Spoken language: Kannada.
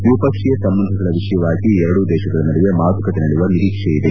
ದ್ವಿಪಕ್ಷೀಯ ಸಂಬಂಧಗಳ ವಿಷಯವಾಗಿ ಎರಡೂ ದೇಶಗಳ ನಡುವೆ ಮಾತುಕತೆ ನಡೆಯುವ ನಿರೀಕ್ಷೆ ಇದೆ